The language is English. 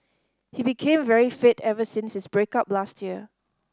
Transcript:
he became very fit ever since his break up last year